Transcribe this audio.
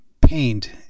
paint